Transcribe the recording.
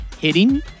hitting